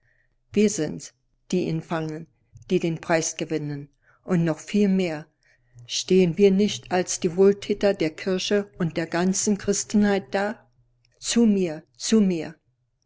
wir sind's die ihn fangen die den preis gewinnen und noch viel mehr stehen wir nicht als die wohltäter der kirche und der ganzen christenheit da zu mir zu mir